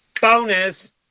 bonus